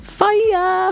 fire